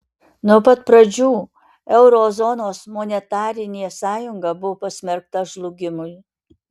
nuo pat pradžių euro zonos monetarinė sąjunga buvo pasmerkta žlugimui